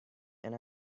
and